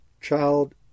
child